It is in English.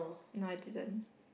no I didn't